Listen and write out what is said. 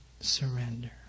surrender